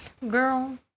Girl